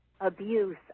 abuse